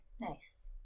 Nice